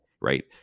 right